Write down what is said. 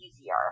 easier